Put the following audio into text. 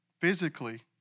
Physically